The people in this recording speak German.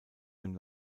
dem